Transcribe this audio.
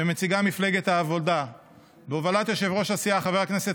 שמציגה מפלגת העבודה בהובלת יושב-ראש הסיעה חבר הכנסת